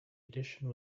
edition